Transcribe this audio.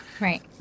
right